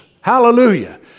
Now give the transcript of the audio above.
Hallelujah